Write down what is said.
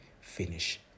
finish